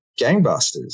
gangbusters